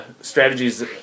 strategies